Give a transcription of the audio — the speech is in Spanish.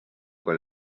con